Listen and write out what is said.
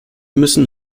müssen